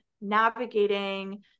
navigating